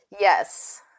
Yes